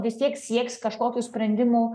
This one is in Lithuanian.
vis tiek sieks kažkokių sprendimų